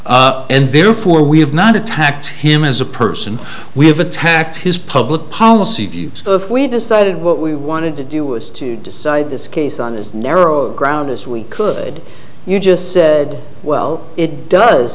does and therefore we have not attacked him as a person we have attacked his public policy views if we decided what we wanted to do was to decide this case on his narrow ground as we could you just said well it does